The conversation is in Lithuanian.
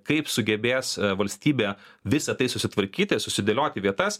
kaip sugebės valstybė visa tai susitvarkyti susidėlioti vietas